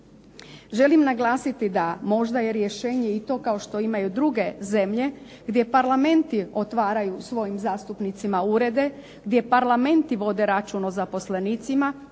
Želim naglasiti da možda je rješenje i to kao što imaju druge zemlje gdje parlamenti otvaraju svojim zastupnicima urede, gdje parlamenti vode račun o zaposlenicima